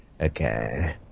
Okay